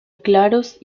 claros